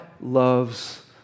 loves